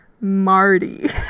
marty